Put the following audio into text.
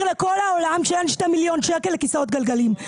לכל העולם שאין 2 מיליון שקל לכיסאות גלגלים.